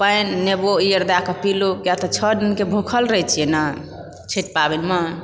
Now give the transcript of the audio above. पनि नेबो ई आर दए कऽ पीलहुँ किया तऽ छओ दिनके भूखल रहय छियै ने छठि पाबनिमे